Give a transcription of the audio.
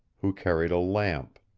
who carried a lamp.